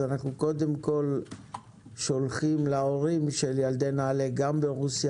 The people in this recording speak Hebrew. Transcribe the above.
אז אנחנו קודם כל שולחים להורים של ילדי נעל"ה גם ברוסיה